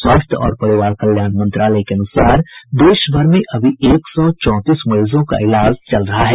स्वास्थ्य और परिवार कल्याण मंत्रालय के अनुसार देशभर में अभी एक सौ चौंतीस मरीजों का इलाज चल रहा है